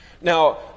Now